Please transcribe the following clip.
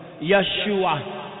Yeshua